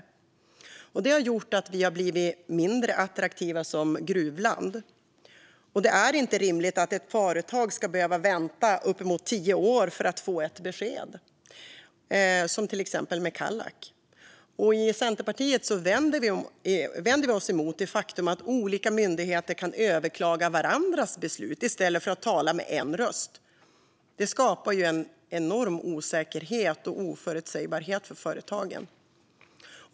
Det har gjort att vi har blivit mindre attraktiva som gruvland. Det är inte rimligt att ett företag ska behöva vänta uppemot tio år för att få ett besked, som till exempel med Kallak. I Centerpartiet vänder vi oss emot det faktum att olika myndigheter kan överklaga varandras beslut i stället för att tala med en röst. Det skapar en enorm osäkerhet och oförutsägbarhet för företagen.